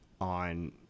on